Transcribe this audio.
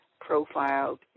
profiled